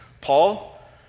Paul